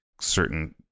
certain